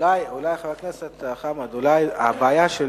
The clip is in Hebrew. חבר הכנסת עמאר, אולי הבעיה היא